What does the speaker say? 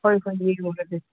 ꯍꯣꯏ ꯍꯣꯏ ꯌꯦꯡꯉꯨꯔꯁꯦ